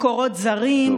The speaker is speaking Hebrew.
מקורות זרים,